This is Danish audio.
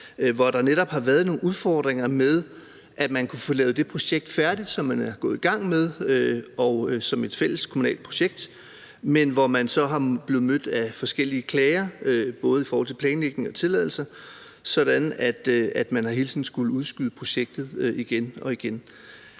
Der har netop været nogle udfordringer med, at man kunne få lavet det projekt færdigt, som man er gået i gang med, og som er et fælles kommunalt projekt. Men man er så blevet mødt af forskellige klager, både i forhold til planlægning og tilladelser, sådan at man hele tiden har skullet udskyde projektet igen og igen.